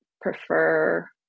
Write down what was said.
prefer